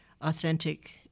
authentic